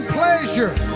pleasure